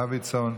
דוידסון,